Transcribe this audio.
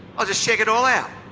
i'll just check it all out.